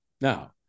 Now